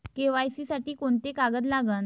KYC साठी कोंते कागद लागन?